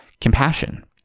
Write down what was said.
compassion